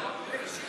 הסגן שלו.